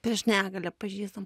prieš negalią pažįstam